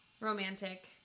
romantic